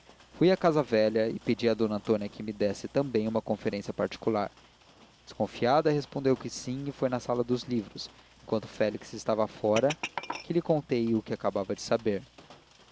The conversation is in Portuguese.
fui à casa velha e pedi a d antônia que me desse também uma conferência particular desconfiada respondeu que sim e foi na sala dos livros enquanto félix estava fora que lhe contei o que acabava de saber